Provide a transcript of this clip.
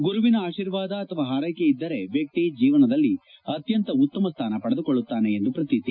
ಗುರುವಿನ ಆಶೀರ್ವಾದ ಅಥವಾ ಹಾರ್ಲೆಕೆ ಇದ್ದರೆ ವ್ಹಕ್ಕಿ ಜೀವನದಲ್ಲಿ ಅತ್ಯಂತ ಉತ್ತಮ ಸ್ನಾನ ಪಡೆದುಕೊಳ್ಳುತ್ತಾನೆ ಎಂದು ಪ್ರತೀತಿ